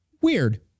weird